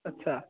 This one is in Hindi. अच्छा